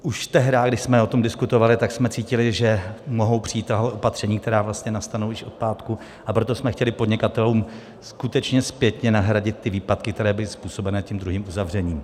Už tehdy, když jsme o tom diskutovali, tak jsme cítili, že mohou přijít tahle opatření, která vlastně nastanou již od pátku, a proto jsme chtěli podnikatelům skutečně zpětně nahradit výpadky, které byly způsobené tím druhým uzavřením.